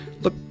Look